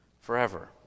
forever